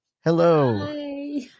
Hello